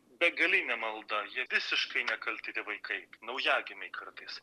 begalinė malda jie visiškai nekalti tie vaikai naujagimiai kartais